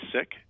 sick